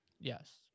Yes